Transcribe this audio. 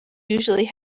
usually